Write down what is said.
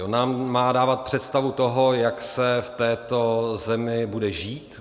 On nám má dávat představu toho, jak se v této zemi bude žít.